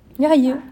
yeah you